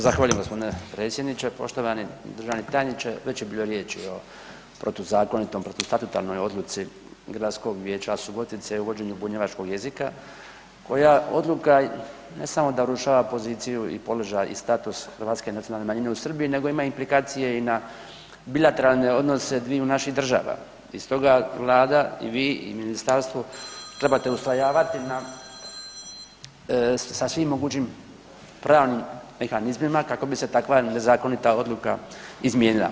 Zahvaljujem, g. predsjedniče, Poštovani državni tajniče, već je bilo riječi o protuzakonitom, protustatutarnoj odluci Gradskog vijeća Subotice u uvođenju bunjevačkog jezika koja odluka ne samo da urušava poziciju i položaj i status hrvatske nacionalne manjine u Srbiji nego ima implikacije i na bilateralne odnose dviju naših država i iz toga Vlada i vi i ministarstvo trebate ustrajavati na sa svim mogućim pravnim mehanizmima kako bi se takva nezakonita odluka izmijenila.